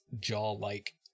jaw-like